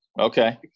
Okay